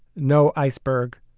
no iceberg.